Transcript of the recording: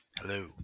Hello